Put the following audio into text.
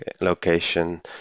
location